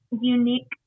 unique